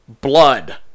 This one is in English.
blood